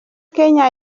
kenya